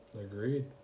Agreed